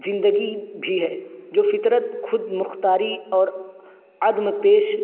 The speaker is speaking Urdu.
زندگی بھی ہے جو فطرت خود مختاری اور عدم پیش